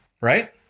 Right